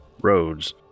roads